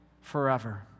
forever